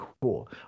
cool